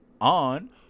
on